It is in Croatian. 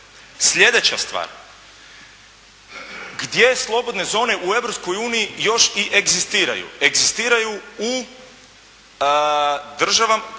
Sljedeća stvar. Gdje slobodne zone u Europskoj uniji još i egzistiraju? Egzistiraju u državama,